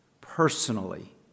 personally